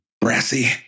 brassy